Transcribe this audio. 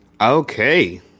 Okay